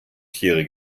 tiere